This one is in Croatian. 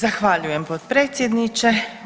Zahvaljujem potpredsjedniče.